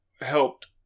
helped